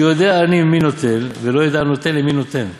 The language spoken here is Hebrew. שיודע העני ממי נוטל ולא יודע הנותן למי נותן.